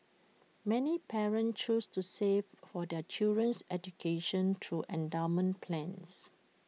many parents choose to save for their children's education through endowment plans